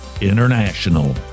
International